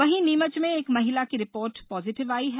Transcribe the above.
वहीं नीमच में एक महिला की रिपोर्ट पॉजिटिव आई है